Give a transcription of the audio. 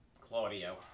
Claudio